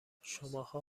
شماها